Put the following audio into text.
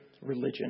religion